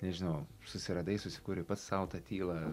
nežinau susiradai susikūrei pats sau tą tylą